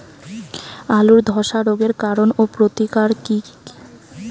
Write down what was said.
আলুর ধসা রোগের কারণ ও প্রতিকার কি?